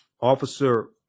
Officer